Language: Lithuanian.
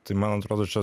tai man atrodo čia